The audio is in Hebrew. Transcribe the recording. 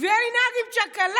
ויהיה לי נהג עם צ'קלקה,